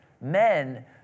men